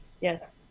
Yes